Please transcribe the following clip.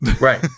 right